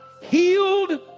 Healed